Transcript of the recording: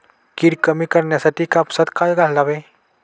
कीड कमी करण्यासाठी कापसात काय घालावे?